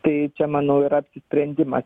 tai čia manau yra apsisprendimas